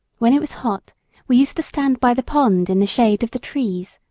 when it was hot we used to stand by the pond in the shade of the trees,